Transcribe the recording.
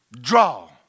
Draw